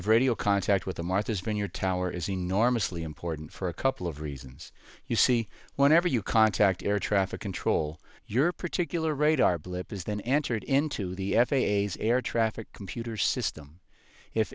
of radio contact with the martha's vineyard tower is enormously important for a couple of reasons you see whenever you contact air traffic control your particular radar blip is then entered into the f a a is air traffic computer system if